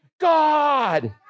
God